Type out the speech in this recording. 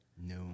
No